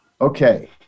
Okay